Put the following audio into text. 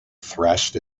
thrashed